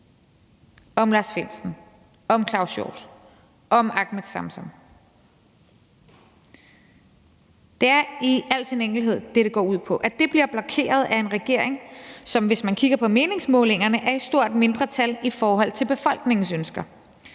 om Lars Findsen, om Claus Hjort Frederiksen, om Ahmed Samsam. Det er i al sin enkelhed det, det går ud på. Det bliver blokeret af en regering, som, hvis man kigger på meningsmålingerne, er i stort mindretal i forhold til befolkningens ønsker.